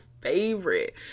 favorite